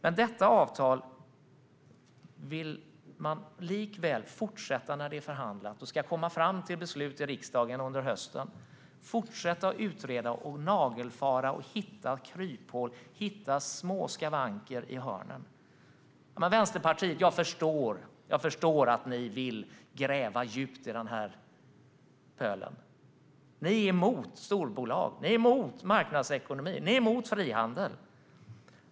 Men detta avtal vill ni likväl, trots att det är förhandlat och ska komma fram till beslut i riksdagen under hösten, fortsätta att utreda och nagelfara. Ni vill fortsätta att hitta kryphål och små skavanker i hörnen. Jag förstår att ni i Vänsterpartiet vill gräva djupt i den här pölen. Ni är emot storbolag, ni är emot marknadsekonomi och ni är emot frihandel.